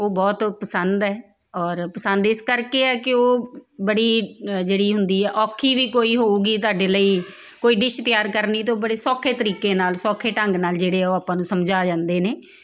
ਉਹ ਬਹੁਤ ਪਸੰਦ ਹੈ ਔਰ ਪਸੰਦ ਇਸ ਕਰਕੇ ਹੈ ਕਿ ਉਹ ਬੜੀ ਜਿਹੜੀ ਹੁੰਦੀ ਆ ਔਖੀ ਵੀ ਕੋਈ ਹੋਊਗੀ ਤੁਹਾਡੇ ਲਈ ਕੋਈ ਡਿਸ਼ ਤਿਆਰ ਕਰਨੀ ਅਤੇ ਉਹ ਬੜੇ ਸੌਖੇ ਤਰੀਕੇ ਨਾਲ ਸੌਖੇ ਢੰਗ ਨਾਲ ਜਿਹੜੇ ਉਹ ਆਪਾਂ ਨੂੰ ਸਮਝਾ ਜਾਂਦੇ ਨੇ